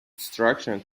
destruction